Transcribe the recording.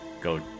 go